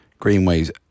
Greenway's